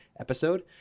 episode